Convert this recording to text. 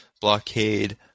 blockade